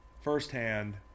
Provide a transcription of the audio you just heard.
firsthand